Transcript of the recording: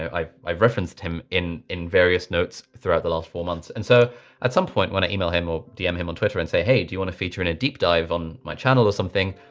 i've referenced him in in various notes throughout the last four months. and so at some point when i emailed him or dm him on twitter and say, hey, do you want to feature in a deep dive on my channel or something?